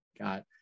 got